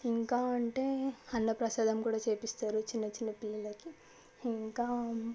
ఇంకా అంటే అన్న ప్రసాదం కూడా చేపిస్తారు చిన్న చిన్న పిల్లలకి ఇంకా